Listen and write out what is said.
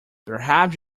perhaps